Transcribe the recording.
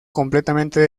completamente